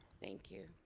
thank you.